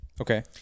Okay